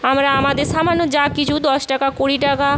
আমরা আমাদের সামান্য যা কিছু দশ টাকা কুড়ি টাকা